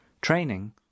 training